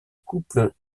coupe